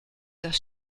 das